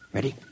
Ready